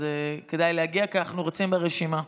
אז כדאי להגיע כי אנחנו רצים ברשימה.